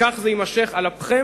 וכך זה יימשך על אפכם